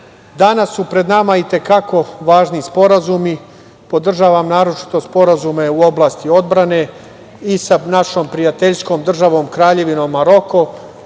su pred nama i te kako važni sporazumi. Podržavam naročito sporazume u oblasti odbrane i sa našom prijateljskom državom Kraljevinom Maroko